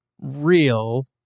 real—